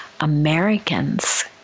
Americans